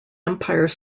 empire